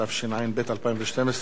התשע"ב 2012,